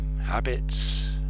habits